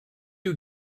you